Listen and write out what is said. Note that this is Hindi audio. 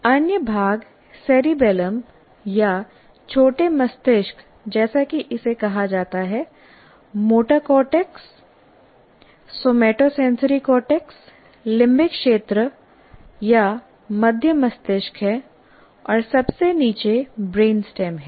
अन्य भाग सेरिबैलम या छोटे मस्तिष्क जैसा कि इसे कहा जाता है motor cortex somatosensory cortex limbic क्षेत्र या मध्य मस्तिष्क हैं और सबसे नीचे ब्रेनस्टेम है